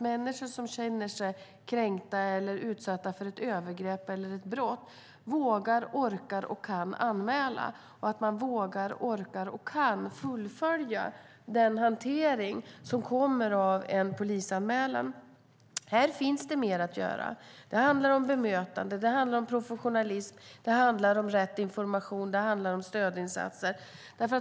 Människor som känner sig kränkta eller utsatta för ett övergrepp eller ett brott måste våga och orka anmäla och sedan fullfölja den hantering som blir följden av en polisanmälan. Här finns det mer att göra. Det handlar om bemötande, om professionalism, om rätt information och om stödinsatser.